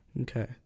Okay